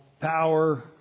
power